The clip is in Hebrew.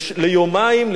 ליומיים,